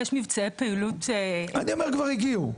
יש מבצעי פעילות --- אני אומר שכבר הגיעו.